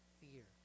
fear